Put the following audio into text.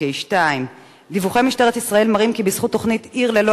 2. דיווחי משטרת ישראל מראים כי בזכות תוכנית "עיר ללא